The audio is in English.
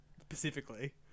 specifically